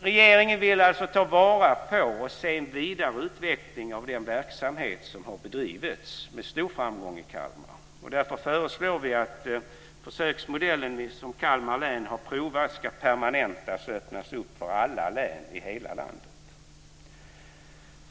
Regeringen vill alltså ta vara på och se en vidareutveckling av den verksamhet som har bedrivits med stor framgång i Kalmar. Därför föreslår vi att försöksmodellen som Kalmar län har provat ska permanentas och öppnas för alla län i hela landet.